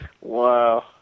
wow